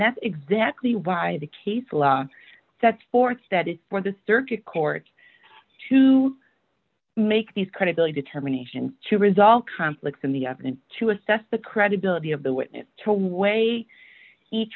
that's exactly why the case law sets forth that is for the circuit court to make these credibility determination to result conflicts in the evidence to assess the credibility of the witness to weigh each